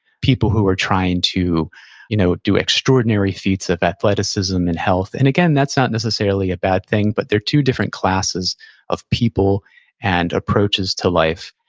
people who are trying to you know do extraordinary feats of athleticism and health. and again, that's not necessarily a bad thing, but they're two different classes of people and approaches to life,